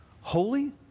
holy